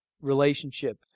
relationship